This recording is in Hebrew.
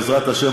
בעזרת השם,